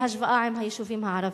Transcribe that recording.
בהשוואה עם היישובים הערביים.